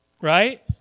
Right